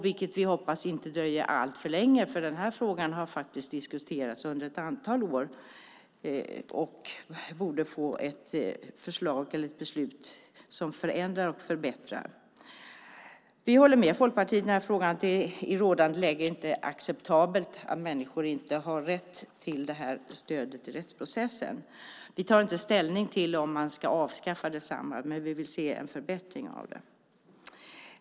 Vi hoppas att det inte dröjer alltför länge. Den här frågan har diskuterats under ett antal år. Vi borde få ett förslag till ett beslut som förändrar och förbättrar. Vi håller med Folkpartiet i den här frågan att rådande läge inte är acceptabelt och att människor inte har rätt till det här stödet i rättsprocessen. Vi tar inte ställning till om man ska avskaffa det nuvarande systemet, men vi vill se en förbättring av det.